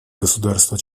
государства